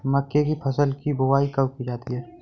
मक्के की फसल की बुआई कब की जाती है?